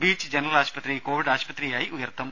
beach general ആശുപത്രി Covid ആശുപത്രിയായി ഉയർത്തും